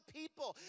people